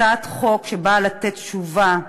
הצעת חוק שבאה לתת תשובה,